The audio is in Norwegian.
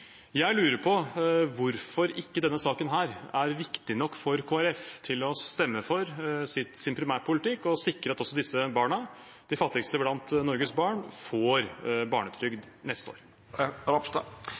Jeg lurer på hvorfor denne saken ikke er viktig nok til at Kristelig Folkeparti vil stemme for sin primærpolitikk, og sikre at også disse barna, de fattigste blant Norges barn, får